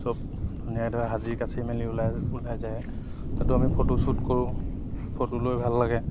চব ধুনীয়াকৈ ধৰা সাজি কাচি মেলি ওলাই ওলাই যায় তাতো আমি ফটোশ্বুট কৰোঁ ফটো লৈ ভাল লাগে